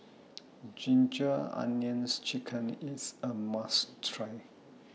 Ginger Onions Chicken IS A must Try